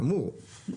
חמור.